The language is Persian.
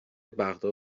بغداد